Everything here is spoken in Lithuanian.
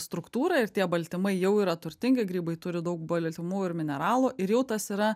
struktūrą ir tie baltymai jau yra turtingi grybai turi daug baltymų ir mineralų ir jau tas yra